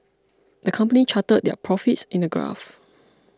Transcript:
the company charted their profits in a graph